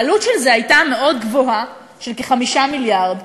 העלות של זה הייתה מאוד גבוהה, כ-5 מיליארד,